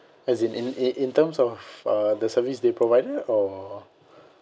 as in in in terms of uh the service they provided or